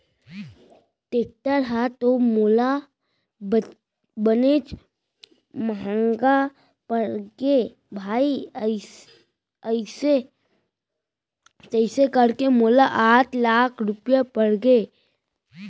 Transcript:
tractor ह तो मोला बनेच महँगा परगे भाई अइसे तइसे करके मोला आठ लाख रूपया परगे